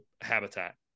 habitat